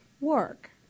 work